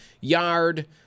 yard